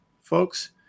Folks